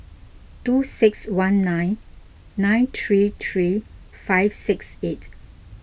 two six one nine nine three three five six eight